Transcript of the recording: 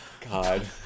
god